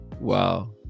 Wow